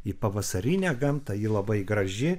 į pavasarinę gamtą ji labai graži